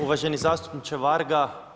Uvaženi zastupniče Varga.